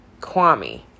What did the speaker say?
Kwame